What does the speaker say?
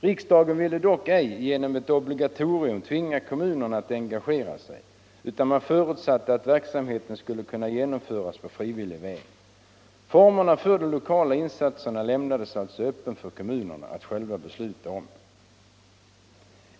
Riksdagen ville dock ej genom ett obligatorium tvinga kommunerna att engagera sig, utan man förutsatte att verksamheten skulle kunna genomföras på frivillig väg. Formerna för de lokala insatserna lämnades alltså öppna för kommunerna att själva besluta om.